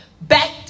Back